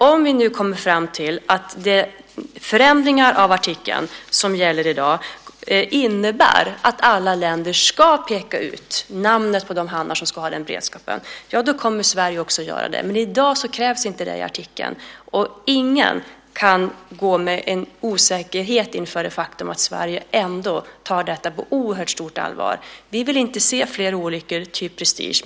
Om vi kommer fram till att förändringar av den artikel som gäller i dag innebär att alla länder ska peka ut namnet på de hamnar som ska ha denna beredskap kommer Sverige också att göra det. Men i dag krävs inte det i artikeln. Ingen kan gå med en osäkerhet inför det faktum att Sverige tar detta på oerhört stort allvar. Vi vill inte se fler olyckor, typ Prestige.